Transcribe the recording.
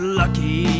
lucky